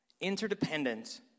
interdependent